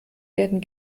werden